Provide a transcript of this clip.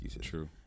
true